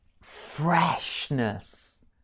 freshness